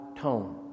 tone